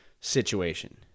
situation